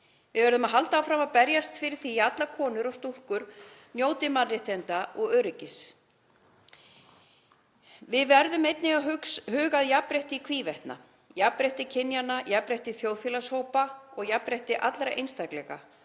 Við verðum að halda áfram að berjast fyrir því að allar konur og stúlkur njóti mannréttinda og öryggis. Við verðum einnig að huga að jafnrétti í hvívetna. Jafnrétti kynjanna, jafnrétti þjóðfélagshópa og jafnrétti allra einstaklinga